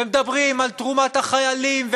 ומדברים על תרומת החיילים,